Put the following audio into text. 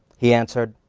he answered,